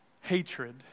hatred